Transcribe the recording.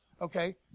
okay